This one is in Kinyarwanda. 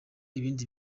ibindi